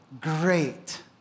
great